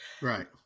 Right